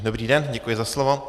Dobrý den, děkuji za slovo.